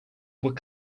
were